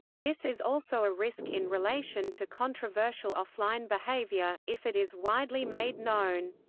this is also a risk in relation to controversial offline behavior, if it is widely made known.